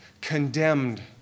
condemned